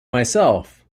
myself